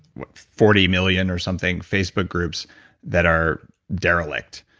what forty million or something facebook groups that are derelict.